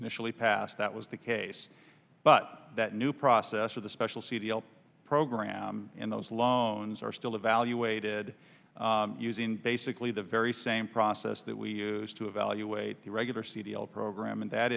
initially passed that was the case but that new process or the special c d o program in those loans are still evaluated using basically the very same process that we used to evaluate the regular c d o program and that